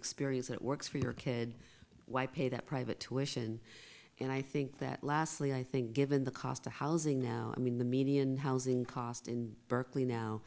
experienced it works for your kid why pay that private tuition and i think that lastly i think given the cost of housing now i mean the median housing cost in berkeley now